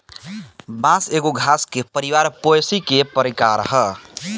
बांस एगो घास के परिवार पोएसी के प्रकार ह